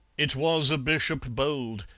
it was a bishop bold,